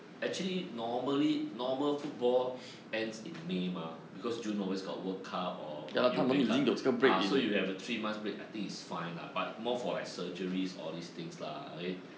actually normally normal football ends in may mah because june always got world cup or got european cup ah so you have a three months break I think is fine lah but more for like surgeries or these things lah okay